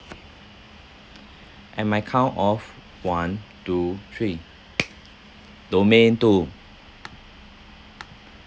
at my count of one two three domain two